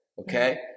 okay